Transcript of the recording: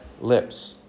lips